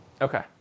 Okay